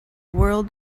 world